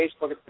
Facebook